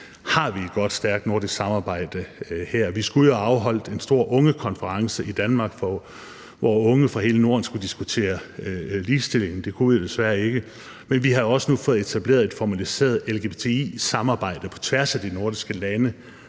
har vi et godt, stærkt nordisk samarbejde her. Vi skulle have jo have afholdt en stor ungekonference i Danmark, hvor unge fra hele Norden skulle diskutere ligestilling – det kunne vi desværre ikke – men vi har også nu fået etableret et formaliseret lbgti-samarbejde på tværs af de nordiske lande,